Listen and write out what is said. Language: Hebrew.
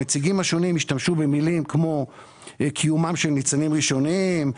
המציגים השונים השתמשו במילים כמו קיומם של ניצנים ראשונים,